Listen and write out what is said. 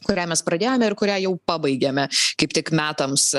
kurią mes pradėjome ir kurią jau pabaigėme kaip tik metams